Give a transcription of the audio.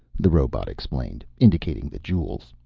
the robot explained, indicating the jewels.